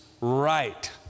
right